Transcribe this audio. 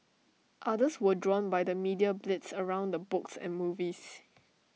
others were drawn by the media blitz around the books and movies